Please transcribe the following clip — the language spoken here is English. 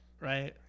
right